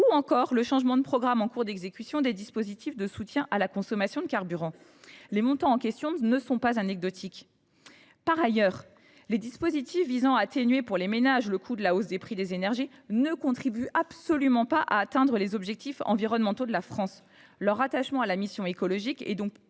ou encore le changement de programme en cours d’exécution des dispositifs de soutien à la consommation de carburant. Les montants en question ne sont pas anecdotiques. Par ailleurs, les dispositifs visant à atténuer, pour les ménages, le coût de la hausse du prix des énergies ne contribuent absolument pas à atteindre les objectifs environnementaux de la France. Leur rattachement à la mission « Écologie,